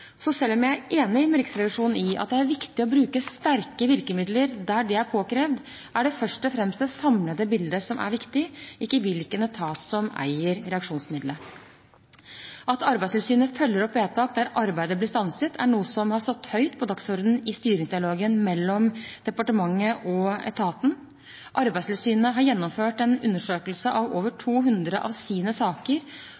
Så selv om jeg er enig med Riksrevisjonen i at det er viktig å bruke sterke virkemidler der det er påkrevd, er det først og fremst det samlede bildet som er viktig – ikke hvilken etat som eier reaksjonsmiddelet. At Arbeidstilsynet følger opp vedtak der arbeidet blir stanset, er noe som har stått høyt på dagsordenen i styringsdialogen mellom departementet og etaten. Arbeidstilsynet har gjennomført en undersøkelse av over